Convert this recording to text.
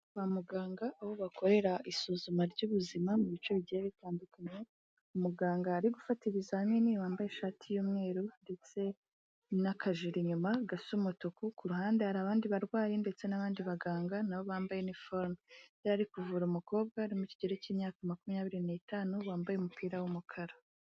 Kwa muganga aho bakorera isuzuma ry'ubuzima, mu bice bigiye bitandukanye, umuganga yari gufata ibizamini wambaye ishati y'umweru, ndetse n'akajiri inyuma gasa umutuku, ku ruhande hari abandi barwayi, ndetse n'abandi baganga, nabo bambaye iniforume, yari ari kuvura umukobwa uri mu kigero cy'imyaka makumyabiri n'itanu, wambaye umupira w'umukara.